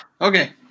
Okay